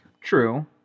True